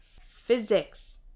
physics